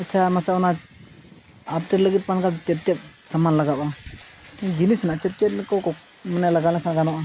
ᱟᱪᱪᱷᱟ ᱱᱟᱥᱮ ᱚᱱᱟ ᱟᱯᱰᱮᱴ ᱞᱟᱹᱜᱤᱫ ᱯᱮᱱ ᱠᱟᱨᱰ ᱞᱟᱹᱜᱤᱫ ᱪᱮᱫ ᱪᱮᱫ ᱪᱮᱫ ᱥᱟᱢᱟᱱ ᱞᱟᱜᱟᱜᱼᱟ ᱡᱤᱱᱤᱥ ᱨᱮᱱᱟᱜ ᱪᱮᱫ ᱪᱮᱫ ᱠᱚ ᱢᱟᱱᱮ ᱞᱟᱜᱟᱣ ᱞᱮᱠᱷᱟᱱ ᱜᱟᱱᱚᱜᱼᱟ